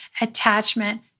attachment